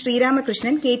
Sreeramakrishnan K